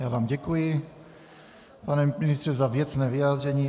Já vám děkuji, pane ministře, za věcné vyjádření.